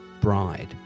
bride